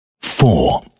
four